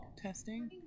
Testing